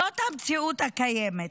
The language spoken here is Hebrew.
זאת המציאות הקיימת.